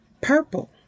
purple